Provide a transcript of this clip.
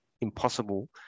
impossible